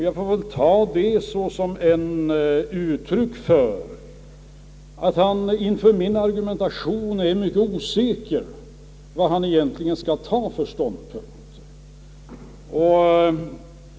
Jag får väl ta det såsom ett uttryck för att han inför min argumentation är mycket osäker på vad han egentligen skall inta för ståndpunkt.